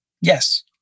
Yes